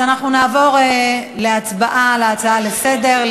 אנחנו נעבור להצבעה על ההצעה לסדר-היום.